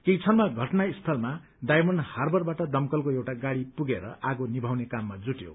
केही क्षणमा घटनास्थलमा डायमण्ड हार्बरबाट दमकलको एउटा गाड़ी पुगेर आगो निभाने काममा जुटयो